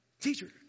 Teacher